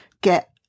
get